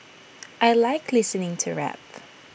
I Like listening to rap